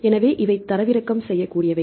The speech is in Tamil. எனவே இவை தரவிறக்கம் செய்யக்கூடியவை